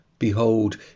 Behold